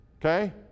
Okay